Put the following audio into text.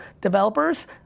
developers